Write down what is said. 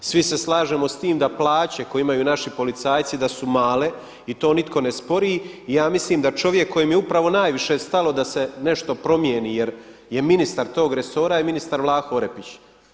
Svi se slažemo s tim da plaće koje imaju naši policajci da su male i to nitko ne spori i ja mislim da čovjek kojem je upravo najviše stalno da se nešto promijeni jer je ministar tog resora je ministar Vlaho Orepić.